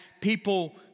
people